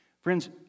Friends